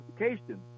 education